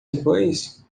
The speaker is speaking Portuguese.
depois